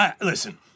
Listen